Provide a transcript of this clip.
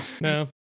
No